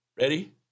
Ready